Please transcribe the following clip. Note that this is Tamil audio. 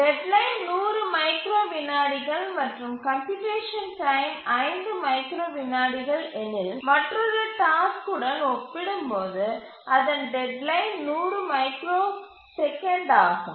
டெட்லைன் 100 மைக்ரோ விநாடிகள் மற்றும் கம்ப்யூட்டேசன் டைம் 5 மைக்ரோ விநாடிகள் எனில் மற்றொரு டாஸ்க் உடன் ஒப்பிடும்போது அதன் டெட்லைன் 100 மைக்ரோ செகண்ட் ஆகும்